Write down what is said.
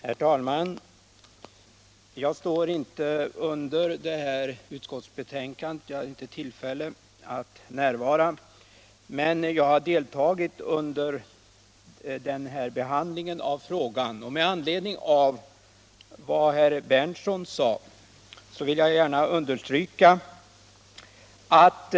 Herr talman! Mitt namn står inte under det här utskottsbetänkandet. Jag hade inte tillfälle att närvara vid undertecknandet, men jag har deltagit i behandlingen av frågan. Jag vill gärna säga några ord med anledning av vad herr Berndtson sade.